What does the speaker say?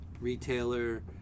retailer